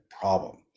problem